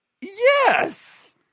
Yes